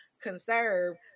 conserve